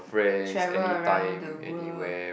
travel around the world